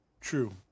true